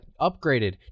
upgraded